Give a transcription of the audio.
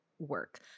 work